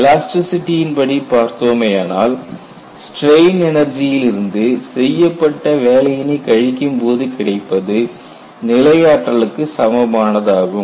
எலாஸ்டிசிட்டியின் படி பார்த்தோமேயானால் ஸ்ட்ரெயின் எனர்ஜியிலிருந்து செய்யப்பட்ட வேலையினை கழிக்கும்போது கிடைப்பது நிலை ஆற்றலுக்கு சமமானதாகும்